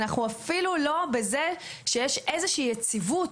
אנחנו אפילו לא בזה שיש איזושהי יציבות,